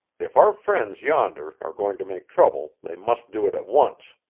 if our friends yonder are going to make trouble they must do it at once.